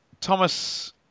thomas